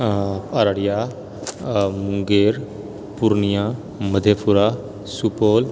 हँ अररिया आ मुंगेर पूर्णिया मधेपुरा सुपौल